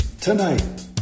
Tonight